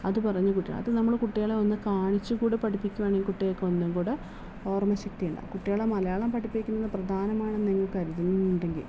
അത് പറഞ്ഞ് കുട്ടികളെ അത് നമ്മൾ കുട്ടികളെ ഒന്ന് കാണിച്ച് കൂടെ പഠിപ്പിക്കുവാണെങ്കിൽ കുട്ടികൾക്ക് ഒന്നും കൂട ഓർമ്മ ശക്തിയുണ്ടാവും കുട്ടികളെ മലയാളം പഠിപ്പിക്കുന്നത് പ്രധാനമാണെന്ന് നിങ്ങൾ കരുതുന്നുണ്ടെങ്കിൽ